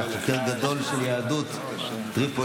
שהיה חוקר גדול של יהדות טריפולי,